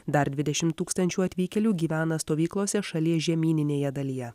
dar dvidešimt tūkstančių atvykėlių gyvena stovyklose šalies žemyninėje dalyje